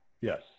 Yes